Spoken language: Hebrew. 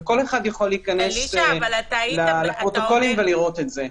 וכל אחד יכול להיכנס לפרוטוקולים ולראות את זה.